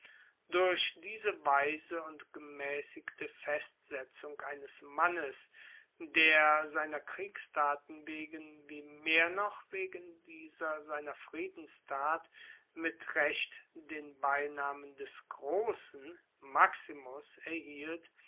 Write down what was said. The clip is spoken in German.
durch diese weise und gemaessigte festsetzung eines mannes der seiner kriegstaten wegen wie mehr noch wegen dieser seiner friedenstat mit recht den beinamen des grossen maximus erhielt